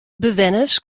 bewenners